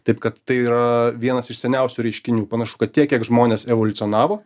taip kad tai yra vienas iš seniausių reiškinių panašu kad tiek kiek žmonės evoliucionavo